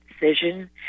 decision